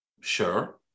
sure